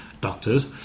Doctors